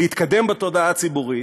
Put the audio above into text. להתקדם בתודעה הציבורית.